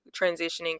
transitioning